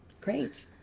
Great